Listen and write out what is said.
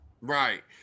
right